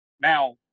now